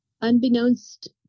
unbeknownst